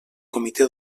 comité